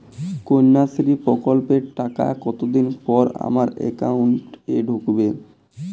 কন্যাশ্রী প্রকল্পের টাকা কতদিন পর আমার অ্যাকাউন্ট এ ঢুকবে?